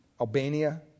Albania